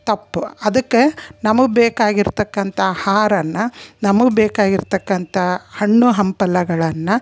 ತಪ್ಪು ಅದಕ್ಕೆ ನಮಗೆ ಬೇಕಾಗಿರತಕ್ಕಂಥ ಆಹಾರನ್ನ ನಮಗೆ ಬೇಕಾಗಿರತಕ್ಕಂಥ ಹಣ್ಣು ಹಂಪಲಗಳನ್ನು